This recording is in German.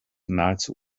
nahezu